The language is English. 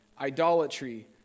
idolatry